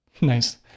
Nice